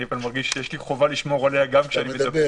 אבל אני מרגיש שיש לי חובה לשמור עליה גם כשאני מדבר.